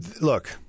Look